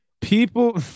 People